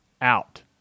out